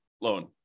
loan